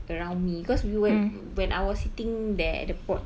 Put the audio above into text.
around me cause we were when I was sitting there at the porch